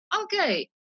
okay